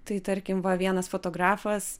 tai tarkim va vienas fotografas